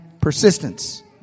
persistence